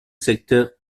secteur